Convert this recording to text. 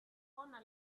honor